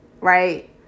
Right